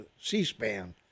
C-SPAN